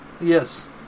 Yes